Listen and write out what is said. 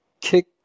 kick